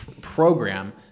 program